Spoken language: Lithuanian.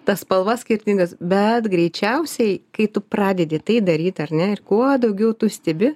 tas spalvas skirtingas bet greičiausiai kai tu pradedi tai daryt ar ne ir kuo daugiau tu stebi